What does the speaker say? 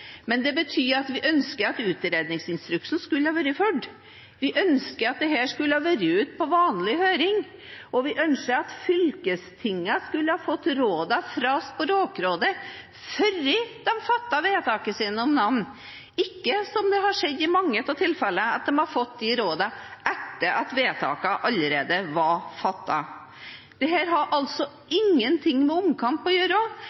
Men det betyr at vi skulle ønske at utredningsinstruksen hadde vært fulgt. Vi skulle ønske at dette hadde vært ute på vanlig høring. Vi skulle ønske at fylkestingene hadde fått rådene fra Språkrådet før de fattet vedtakene sine om navn, ikke, som det har skjedd i mange av tilfellene, etter at vedtakene allerede var fattet. Dette har altså ingenting med omkamp å gjøre, det har å gjøre med at